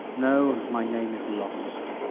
know, my name is lost